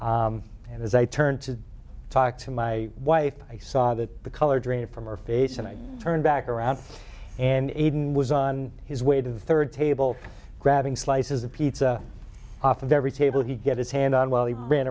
and as i turned to talk to my wife i saw that the color drained from her face and i turned back around and was on his way to the third table grabbing slices of pizza off of every table he get his hand on while he ran